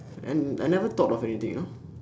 and I never thought of anything uh